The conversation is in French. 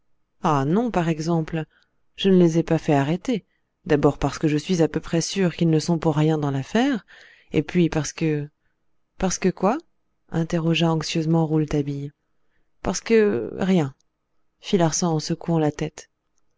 ah non par exemple je ne les ai pas fait arrêter d'abord parce que je suis à peu près sûr qu'ils ne sont pour rien dans l'affaire et puis parce que parce que quoi interrogea anxieusement rouletabille parce que rien fit larsan en secouant la tête